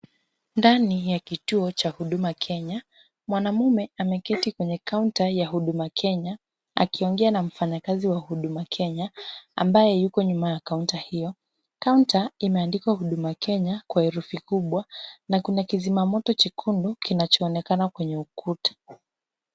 Ndani ya kituo cha huduma Kenya. Mwanamume ameketi kwenye counter ya huduma Kenya, akiongea na mfanyakazi wa Huduma Kenya ambaye yuko nyuma ya counter hiyo. Kaunta imeandikwa Huduma Kenya kwa herufi kubwa, na kuna kizima moto chekundu kinacho onekana kwenye ukuta.